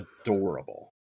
adorable